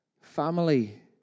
family